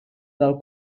del